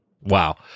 Wow